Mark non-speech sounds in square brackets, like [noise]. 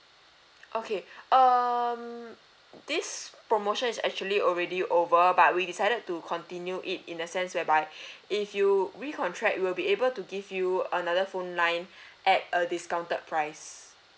okay um this promotion is actually already over but we decided to continue it in a sense whereby [breath] if you recontract we'll be able to give you another phone line [breath] at a discounted price